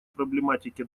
проблематике